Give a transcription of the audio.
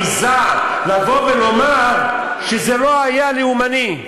למה המשטרה מעזה לבוא ולומר שזה לא היה לאומני.